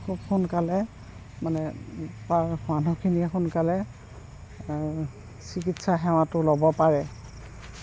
খুব সোনকালে মানে তাৰ মানুহখিনিয়ে সোনকালে চিকিৎসা সেৱাটো ল'ব পাৰে